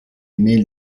nel